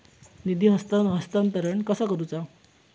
निधी हस्तांतरण कसा करुचा?